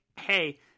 hey